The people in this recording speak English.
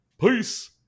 peace